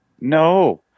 No